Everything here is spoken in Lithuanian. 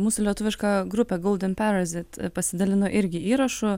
mūsų lietuviška grupė golden parazyth pasidalino irgi įrašu